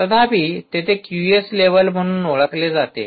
तथापि तेथे QS level म्हणून ओळखले जाते